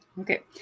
Okay